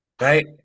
Right